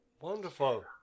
Wonderful